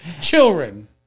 Children